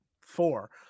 four